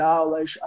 aulas